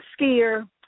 skier